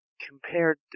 Compared